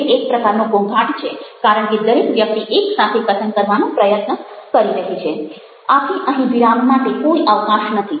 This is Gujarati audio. તે એક પ્રકારનો ઘોંઘાટ છે કારણ કે દરેક વ્યક્તિ એક સાથે કથન કરવાનો પ્રયત્ન કરી આથી અહીં વિરામ માટે કોઈ અવકાશ નથી